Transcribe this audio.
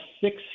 six